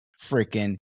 freaking